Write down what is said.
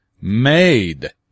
made